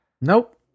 Nope